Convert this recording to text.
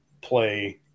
play